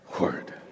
word